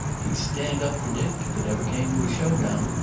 he'd stand up for dick, if it ever came to a show-down.